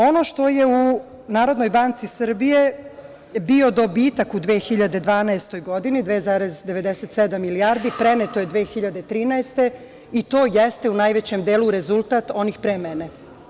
Ono što je u NBS bio dobitak u 2012. godini, 2,97 milijardi, preneto je 2013. i to jeste u najvećem delu rezultat onih pre mene.